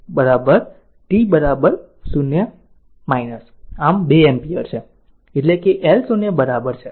t 0 પર 2 ampere છે એટલે કે L 0 બરાબર છે